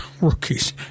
rookies